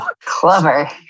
clever